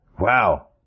Wow